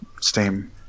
Steam